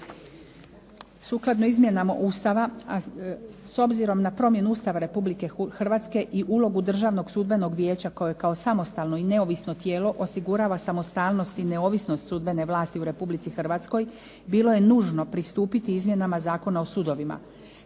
snagu ovog zakona. S obzirom na promjenu Ustava Republike Hrvatske i ulogu Državnog sudbenog vijeća koje je kao samostalno i neovisno tijelo osigurava samostalnost i neovisnost sudbene vlasti u Republici Hrvatskoj bilo je nužno pristupiti izmjenama Zakona o sudovima,